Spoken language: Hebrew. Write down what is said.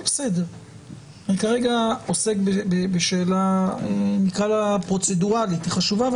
אני עוסק כרגע בשאלה פרוצדורלית חשובה.